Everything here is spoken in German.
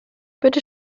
bitte